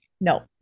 no